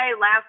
last